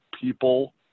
people